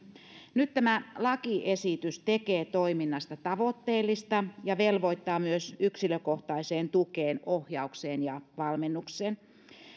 nyt tämä lakiesitys tekee toiminnasta tavoitteellista ja velvoittaa myös yksilökohtaiseen tukeen ohjaukseen ja valmennukseen